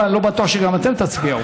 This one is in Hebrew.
אני לא בטוח שגם אתם לא תצביעו.